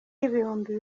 y’ibihumbi